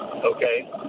Okay